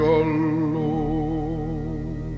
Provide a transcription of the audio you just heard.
alone